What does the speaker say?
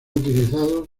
utilizados